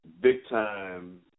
big-time